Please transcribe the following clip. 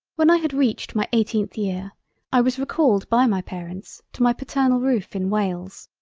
when i had reached my eighteenth year i was recalled by my parents to my paternal roof in wales.